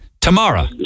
tomorrow